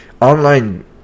online